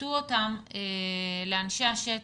תפשטו אותן לאנשי השטח.